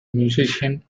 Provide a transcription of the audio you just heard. musician